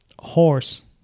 Horse